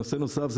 נושא נוסף,